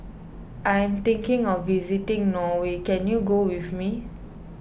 I am thinking of visiting Norway can you go with me